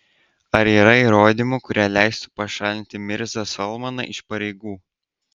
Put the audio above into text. ar yra įrodymų kurie leistų pašalinti mirzą salmaną iš pareigų